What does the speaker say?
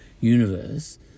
universe